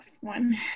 one